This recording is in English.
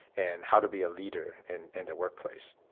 and how to be a leader in in the workplace.